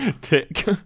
tick